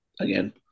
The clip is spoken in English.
again